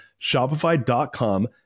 Shopify.com